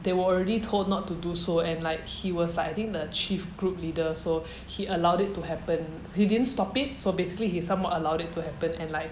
they were already told not to do so and like he was like I think the chief group leader so he allowed it to happen he didn't stop it so basically he somewhat allowed it to happen and like